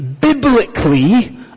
biblically